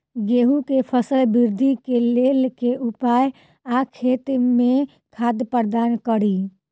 गेंहूँ केँ फसल वृद्धि केँ लेल केँ उपाय आ खेत मे खाद प्रदान कड़ी?